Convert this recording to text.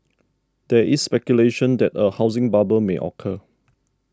there is speculation that a housing bubble may occur